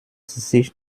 sich